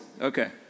Okay